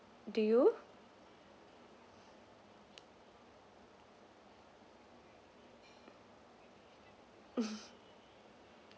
do you